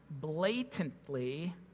blatantly